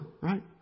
right